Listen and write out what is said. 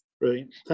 Brilliant